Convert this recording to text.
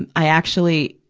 and i actually,